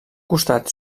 costat